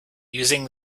using